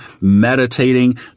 meditating